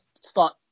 start